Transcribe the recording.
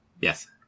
Yes